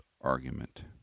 argument